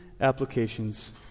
applications